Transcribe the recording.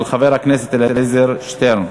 של חבר הכנסת אלעזר שטרן.